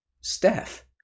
Steph